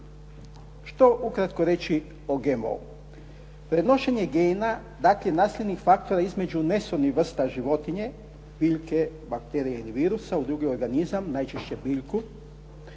Što ukratko reći o GMO-u? Prenošenje gena dakle nasljednih faktora između ... životinja, bilje, bakterije ili virusa u drugi organizam, najčešće biljku